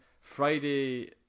friday